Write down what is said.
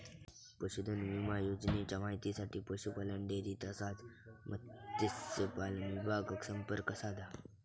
पशुधन विमा योजनेच्या माहितीसाठी पशुपालन, डेअरी तसाच मत्स्यपालन विभागाक संपर्क साधा